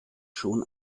schon